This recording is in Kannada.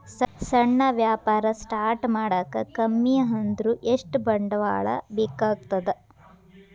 ಸಣ್ಣ ವ್ಯಾಪಾರ ಸ್ಟಾರ್ಟ್ ಮಾಡಾಕ ಕಮ್ಮಿ ಅಂದ್ರು ಎಷ್ಟ ಬಂಡವಾಳ ಬೇಕಾಗತ್ತಾ